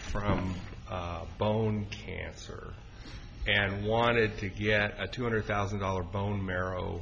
from bone cancer and wanted to get a two hundred thousand dollars bone marrow